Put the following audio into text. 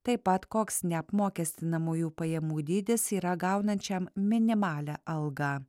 taip pat koks neapmokestinamųjų pajamų dydis yra gaunančiam minimalią algą